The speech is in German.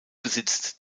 besitzt